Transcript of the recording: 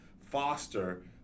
foster